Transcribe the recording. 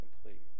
complete